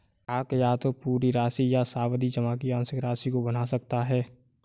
ग्राहक या तो पूरी राशि या सावधि जमा की आंशिक राशि को भुना सकता है